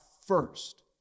first